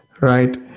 right